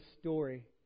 story